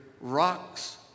rocks